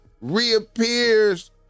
reappears